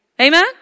Amen